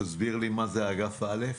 תסביר לי מה זה אגף א'.